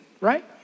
right